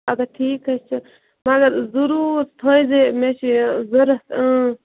اَدٕ ہے ٹھیٖکھے چھُ مگر ضروٗر تھٲوزِ مےٚ چھُ یہِ ضروٗرت